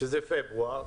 שזה פברואר,